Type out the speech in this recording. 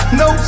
no